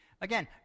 Again